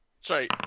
Sorry